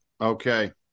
Okay